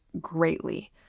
greatly